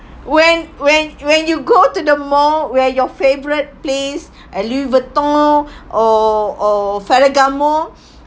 when when when you go to the mall where your favourite place at Louis Vuitton or or Ferragamo